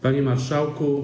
Panie Marszałku!